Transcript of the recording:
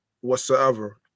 whatsoever